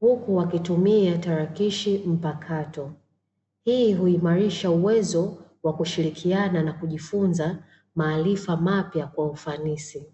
huku wakitumia tarakilishi mpakato. Hii huimarisha uwezo wa kushirikiana na kujifunza maarifa mapya kwa ufanisi.